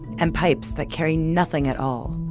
and pipes that carry nothing at all.